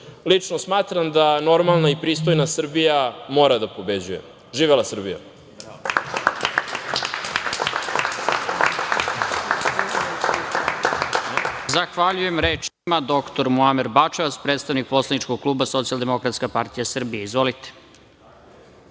bolje. Lično smatram da normalna i pristojna Srbija mora da pobeđuje. Živela Srbija!